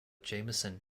jamison